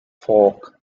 folk